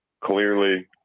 clearly